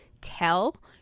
tell